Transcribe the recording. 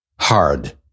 hard